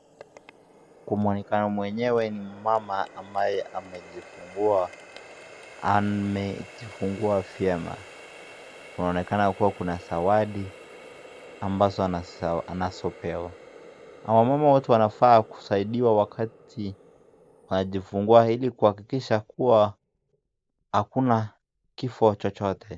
Kuonekana mwenyewe ambaye ni mama amejifungua, amejifungua vyema. Kunaonekana kuwa kuna zawadi ambazo anazopewa na wamama wote wanafaa kusaidiwa wakati wanajifungua ili kuhakikisha kuwa hakuna kifo chochote.